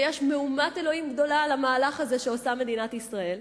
ויש מהומת אלוהים גדולה על המהלך הזה שעושה מדינת ישראל.